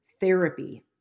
therapy